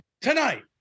Tonight